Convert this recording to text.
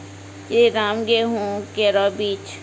श्रीराम गेहूँ केरो बीज?